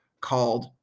called